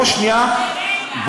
בוא שנייה,